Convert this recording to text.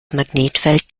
magnetfeld